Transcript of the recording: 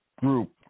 group